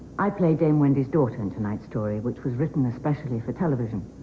i play dame wendy's daughter in tonight's story which was written especially for television